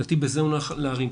לדעתי בזה נוכל להרים.